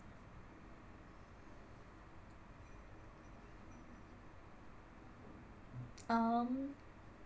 um